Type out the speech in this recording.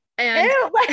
Ew